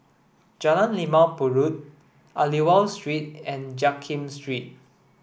Jalan Limau Purut Aliwal Street and Jiak Kim Street